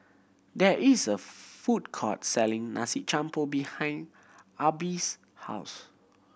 there is a food court selling Nasi Campur behind Arbie's house